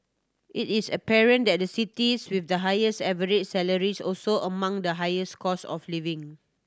it is apparent that the cities with the highest average salaries also among the highest costs of living